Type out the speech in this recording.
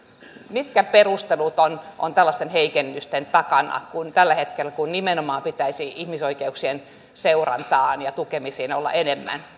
mitkä perustelut ovat tällaisten heikennysten takana kun tällä hetkellä nimenomaan pitäisi ihmisoikeuksien seurantaan ja tukemiseen olla enemmän